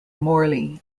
morley